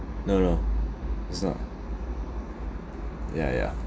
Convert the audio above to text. no no it's not ya ya